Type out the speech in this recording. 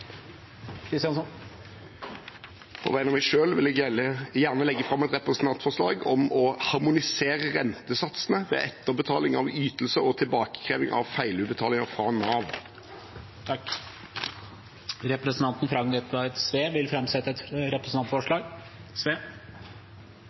På vegne av meg selv vil jeg gjerne legge fram et representantforslag om å harmonisere rentesatsene ved etterbetaling av ytelser og tilbakekreving av feilutbetalinger fra Nav. Representanten Frank Edvard Sve vil framsette et